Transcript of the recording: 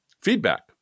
feedback